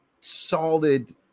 solid